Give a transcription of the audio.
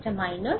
এটা মাইনর